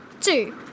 Two